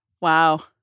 Wow